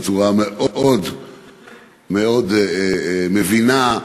בצורה מאוד מאוד מבינה,